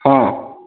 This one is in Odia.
ହଁ